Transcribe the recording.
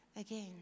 again